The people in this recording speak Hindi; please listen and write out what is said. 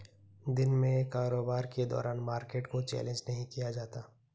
दिन में कारोबार के दौरान मार्केट को चैलेंज नहीं किया जाता